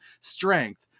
strength